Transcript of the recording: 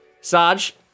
Sarge